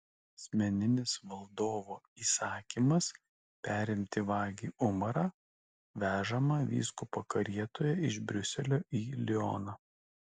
asmeninis valdovo įsakymas perimti vagį umarą vežamą vyskupo karietoje iš briuselio į lioną